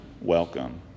welcome